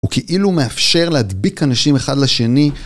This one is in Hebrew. וכאילו מאפשר להדביק אנשים אחד לשני